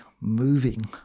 moving